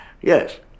Yes